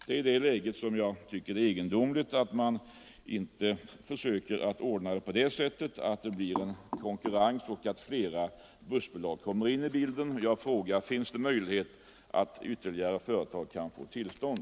I det läget tycker jag att det är egendomligt att man inte försöker ordna så att det blir konkurrens genom att flera bussbolag kommer in i bilden. Och jag frågar: Finns det möjlighet för fler företag att få tillstånd?